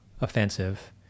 offensive